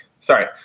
Sorry